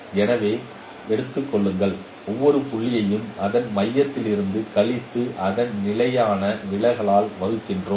எனவே இதை எடுத்துக் கொள்ளுங்கள் ஒவ்வொரு புள்ளியையும் அதன் மையத்திலிருந்து கழித்து அதன் நிலையான விலகலால் வகுக்கிறேன்